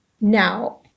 Now